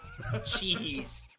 Jeez